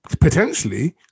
potentially